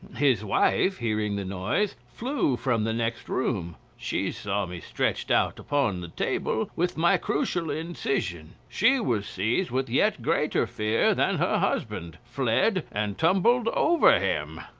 his wife, hearing the noise, flew from the next room. she saw me stretched out upon the table with my crucial incision. she was seized with yet greater fear than her husband, fled, and tumbled over him.